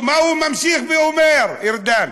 מה הוא ממשיך ואומר, ארדן?